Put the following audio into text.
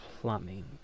plumbing